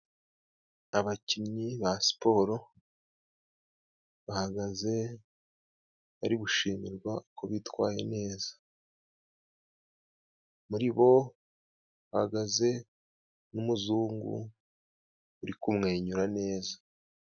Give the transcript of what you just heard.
Abakinnyi ba siporo bahagaze bari gushimirwa ko bitwaye neza muri bo bahagaze n'umuzungu uri kumwenyura neza.